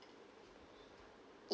ya